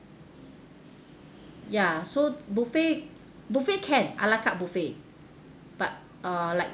ya so buffet buffet can ala carte buffet but uh like